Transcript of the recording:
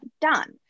done